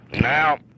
Now